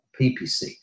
PPC